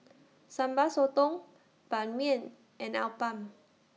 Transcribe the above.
Sambal Sotong Ban Mian and Appam